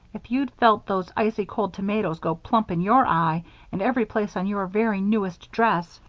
if you'd felt those icy cold tomatoes go plump in your eye and every place on your very newest dress,